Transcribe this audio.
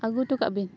ᱟᱹᱜᱩ ᱦᱚᱴᱚ ᱠᱟᱜ ᱵᱤᱱ